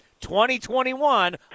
2021